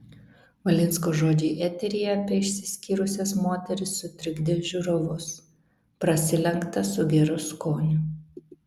valinsko žodžiai eteryje apie išsiskyrusias moteris sutrikdė žiūrovus prasilenkta su geru skoniu